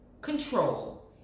control